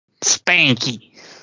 Spanky